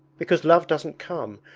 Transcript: because love doesn't come.